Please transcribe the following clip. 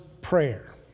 Prayer